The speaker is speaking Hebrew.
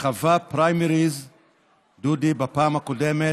שחווה פריימריז, דודי, בפעם הקודמת,